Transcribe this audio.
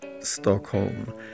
Stockholm